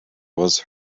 was